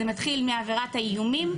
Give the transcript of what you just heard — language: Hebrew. זה מתחיל מעבירת האיומים,